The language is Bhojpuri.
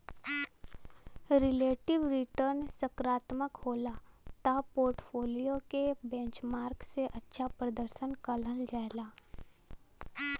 रिलेटिव रीटर्न सकारात्मक होला त पोर्टफोलियो के बेंचमार्क से अच्छा प्रर्दशन कहल जाला